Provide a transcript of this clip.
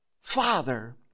Father